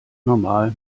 normal